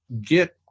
get